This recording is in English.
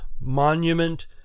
monument